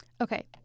Okay